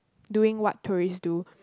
doing what tourist do